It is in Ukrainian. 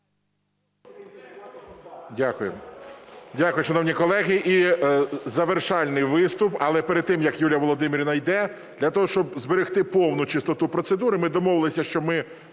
Дякую. Дякую, шановні колеги. І завершальний виступ, але перед тим як Юлія Володимирівна йде для того, щоб зберегти повну чистоту процедури, ми домовилися, що ми